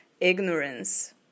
ignorance